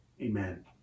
amen